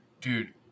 dude